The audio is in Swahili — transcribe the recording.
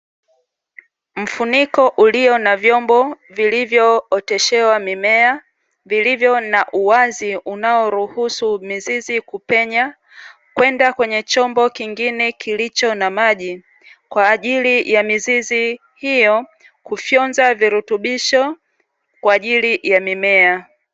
Mfuniko ulio na vyombo vilivyooteshewa mimea, vilivyo na uwazi unaoruhusu mizizi kupenya kwenda kwenye chombo kingine kilicho na majI, kwaajili ya miziz hiyo kufyonza virutubishon kwaajili ya mimea .